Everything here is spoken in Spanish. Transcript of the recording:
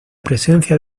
presencia